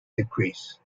decrease